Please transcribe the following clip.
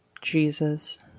jesus